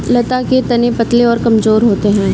लता के तने पतले और कमजोर होते हैं